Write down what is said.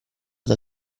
dal